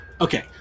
Okay